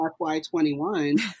FY21